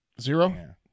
Zero